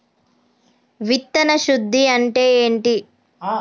విత్తన శుద్ధి అంటే ఏంటి?